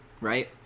right